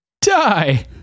die